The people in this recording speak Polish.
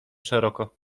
szeroko